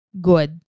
good